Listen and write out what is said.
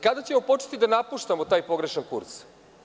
Kada ćemo početi da napuštamo taj pogrešni kurs?